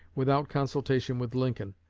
without consultation with lincoln,